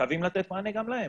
וחייבים לתת מענה גם להם.